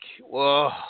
whoa